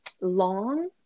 long